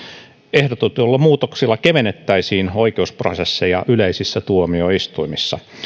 ehdotetuilla muutoksilla kevennettäisiin oikeusprosesseja yleisissä tuomioistuimissa